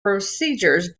procedures